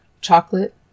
chocolate